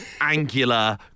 angular